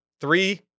Three